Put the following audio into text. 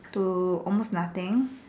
to almost nothing